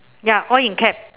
ya all in caps